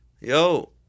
yo